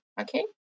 okay